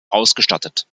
ausgestattet